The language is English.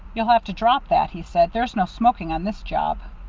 you'll have to drop that, he said. there's no smoking on this job.